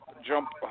jump